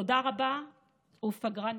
תודה רבה ופגרה נעימה.